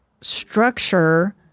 structure